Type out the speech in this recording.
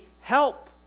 help